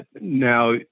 Now